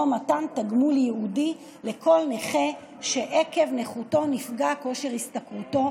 מתן תגמול ייעודי לכל נכה שעקב נכותו נפגע כושר השתכרותו,